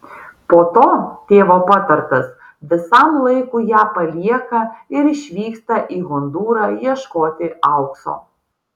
po to tėvo patartas visam laikui ją palieka ir išvyksta į hondūrą ieškoti aukso